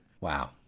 Wow